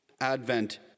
Advent